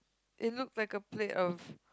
it looked like a plate of